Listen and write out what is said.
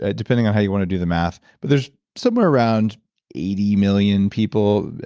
ah depending on how you want to do the math but there's somewhere around eighty million people.